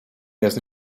jest